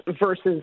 versus